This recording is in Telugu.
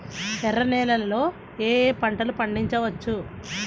ఎర్ర నేలలలో ఏయే పంటలు పండించవచ్చు?